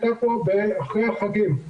אני רק אקח כדוגמה את עיריית עפולה,